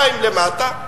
מים למטה,